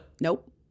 Nope